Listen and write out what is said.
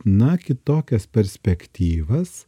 na kitokias perspektyvas